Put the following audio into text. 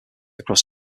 across